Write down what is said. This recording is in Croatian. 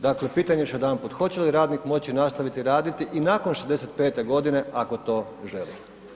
Dakle pitanje još jedanput, hoće li radnik moći nastaviti raditi i nakon 65 godine ako to želi?